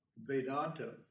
Vedanta